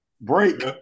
Break